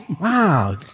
Wow